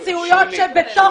הבאנו בפניכם הרי מציאויות שבתוך